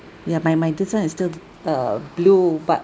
ya my my this one is still uh blue but